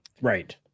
Right